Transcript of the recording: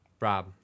Rob